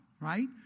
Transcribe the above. right